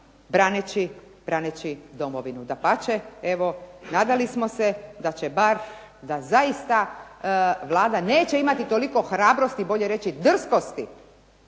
braneći Domovinu. Dapače, evo nadali smo se da će bar, da zaista Vlada neće imati toliko hrabrosti, bolje reći drskosti,